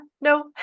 no